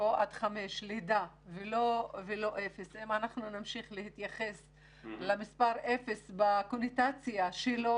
אם אנחנו נמשיך להתייחס לגיל אפס בקונוטציה שלו,